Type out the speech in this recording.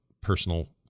personal